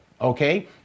Okay